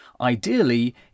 Ideally